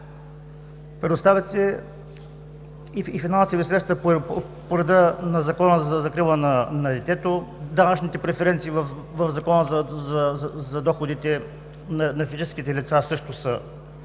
Предоставят се и финансови средства по реда на Закона за закрила на детето. Данъчните преференции в Закона за данъците върху доходите на физическите лица също са